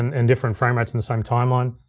and and different frame rates in the same timeline,